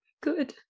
Good